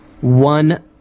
one